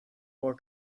more